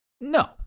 No